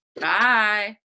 Bye